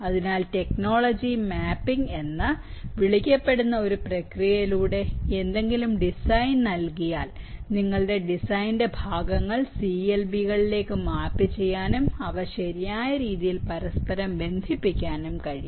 അതിനാൽ technology mapping എന്ന് വിളിക്കപ്പെടുന്ന ഒരു പ്രക്രിയയിലൂടെ ഏതെങ്കിലും ഡിസൈൻ നൽകിയാൽ നിങ്ങളുടെ ഡിസൈനിന്റെ ഭാഗങ്ങൾ CLB കളിലേക്ക് മാപ്പ് ചെയ്യാനും അവ ശരിയായ രീതിയിൽ പരസ്പരം ബന്ധിപ്പിക്കാനും കഴിയും